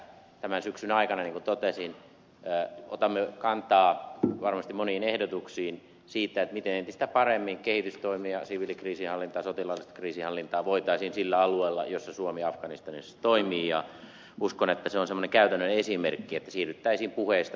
tämän syksyn aikana niin kuin totesin otamme kantaa varmasti moniin ehdotuksiin siitä miten entistä paremmin kehitystoimia siviilikriisinhallintaa sotilaallista kriisinhallintaa voitaisiin kehittää sillä alueella missä suomi afganistanissa toimii ja uskon että se on semmoinen käytännön esimerkki että siirryttäisiin puheista tekoihin